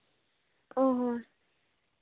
ᱚᱻ ᱦᱚᱸ